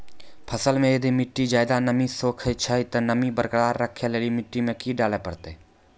फसल मे यदि मिट्टी ज्यादा नमी सोखे छै ते नमी बरकरार रखे लेली मिट्टी मे की डाले परतै?